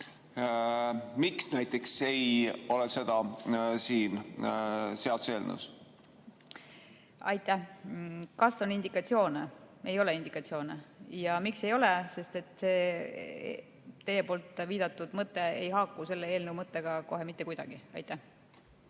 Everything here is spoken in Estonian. Miks näiteks ei ole seda siin seaduseelnõus? Aitäh! Kas on indikatsioone? Ei ole indikatsioone. Ja miks ei ole? Sest see teie viidatud mõte ei haaku selle eelnõu mõttega kohe mitte kuidagi. Aitäh!